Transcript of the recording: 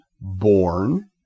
born